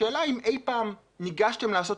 השאלה היא אם אי פעם ניגשתם לעשות